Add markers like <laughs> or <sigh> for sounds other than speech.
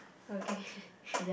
okay <laughs>